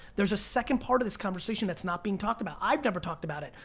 there's a second part of this conversation that's not being talked about. i've never talked about it.